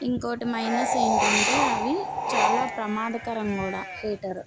ఇంకోకటి మైనస్ ఏంటంటే అవి చాలా ప్రమాదకరం కూడా హీటరు